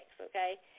okay